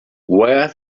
where